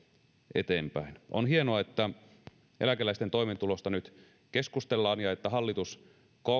eteenpäin on hienoa että eläkeläisten toimeentulosta nyt keskustellaan ja että hallitus